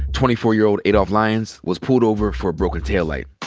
twenty four year old adolph lyons was pulled over for a broken taillight.